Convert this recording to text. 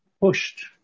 pushed